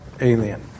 Alien